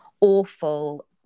awful